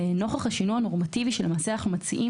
נוכח השינוי הנורמטיבי שאנחנו מציעים,